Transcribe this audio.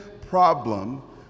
problem